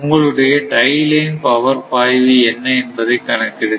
உங்களுடைய tie line power பாய்வு என்ன என்பதை கணக்கிடுங்கள்